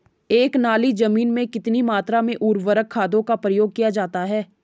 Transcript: एक नाली जमीन में कितनी मात्रा में उर्वरक खादों का प्रयोग किया जाता है?